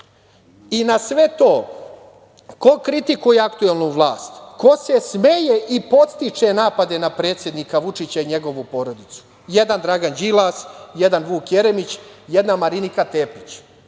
na sve to, ko kritikuje aktuelnu vlast, ko se smeje i podstiče napade na predsednika Vučića i njegovu porodicu, jedan Dragan Đilas, jedan Vuk Jeremić, jedna Marinika Tepić.Zašto